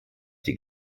die